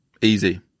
Easy